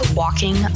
walking